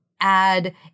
add